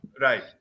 Right